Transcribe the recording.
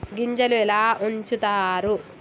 గింజలు ఎలా ఉంచుతారు?